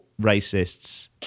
racists